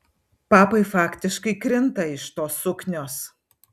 papai faktiškai krinta iš tos suknios